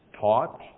taught